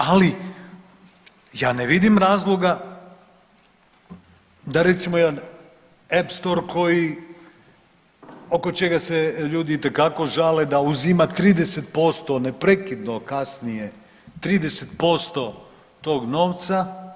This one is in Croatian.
Ali ja ne vidim razloga da recimo jedan Epston koji oko čega se ljudi itekako žale da uzima 30% neprekidno kasnije 30% tog novca.